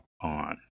on